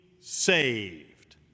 saved